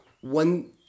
one